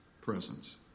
presence